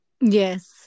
Yes